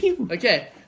Okay